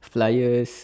fliers